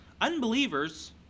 Unbelievers